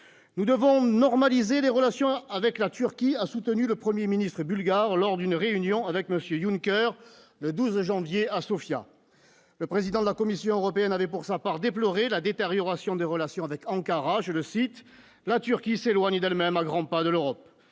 nous devons normaliser les relations avec la Turquie, a soutenu le 1er ministre bulgare lors d'une réunion avec Monsieur Junker le 12 janvier à Sofia, le président de la Commission européenne avait pour sa part déploré la détérioration des relations avec Ankara, je le cite, la Turquie s'éloigner d'elle même à grands pas de l'Europe,